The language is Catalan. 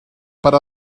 per